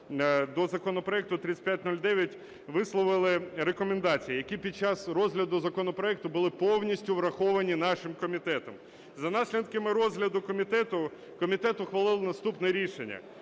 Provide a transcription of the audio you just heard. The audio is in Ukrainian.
до законопроекту 3509 висловили рекомендації, які під час розгляду законопроекту були повністю враховані нашим комітетом. За наслідками розгляду комітету комітет ухвалив наступне рішення: